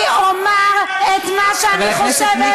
אני אומר את מה שאני חושבת,